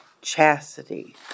chastity